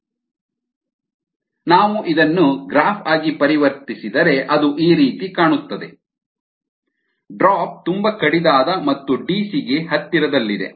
xYxSSi DKSm D ನಾವು ಇದನ್ನು graph ಆಗಿ ಪರಿವರ್ತಿಸಿದರೆ ಅದು ಈ ರೀತಿ ಕಾಣುತ್ತದೆ ಡ್ರಾಪ್ ತುಂಬಾ ಕಡಿದಾದ ಮತ್ತು Dc ಗೆ ಹತ್ತಿರದಲ್ಲಿದೆ